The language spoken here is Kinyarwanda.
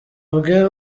bwe